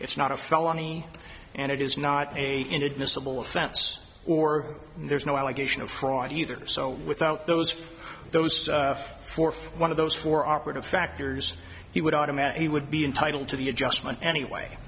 it's not a felony and it is not a inadmissible offense or there's no allegation of fraud either so without those first those fourth one of those four operative factors he would automatically would be entitled to the adjustment anyway